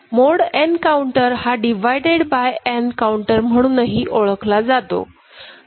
मोड n counter हा divided by n counter म्हणूनही ओळखला जातो